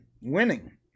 winning